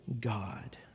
God